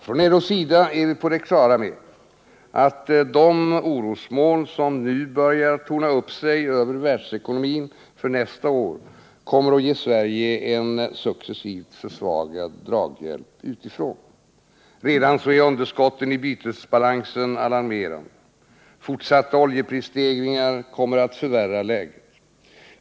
Från LO:s sida är vi på det klara med att de orosmoln som nu börjar torna upp sig över världsekonomin för nästa år kommer att ge Sverige en successivt försvagad draghjälp utifrån. Redan är underskotten i bytesbalansen alarmerande. Fortsatta oljeprisstegringar kommer att förvärra läget.